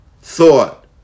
thought